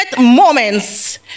moments